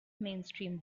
mainstream